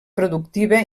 productiva